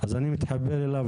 אבל אני מתחבר אליו,